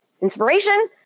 inspiration